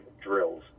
drills